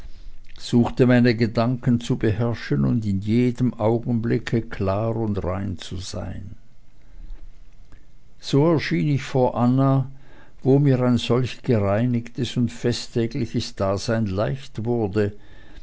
suchte meine gedanken zu beherrschen und in jedem augenblicke klar und rein zu sein so erschien ich vor anna wo mir ein solch gereinigtes und festtägliches dasein leicht wurde